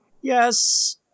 Yes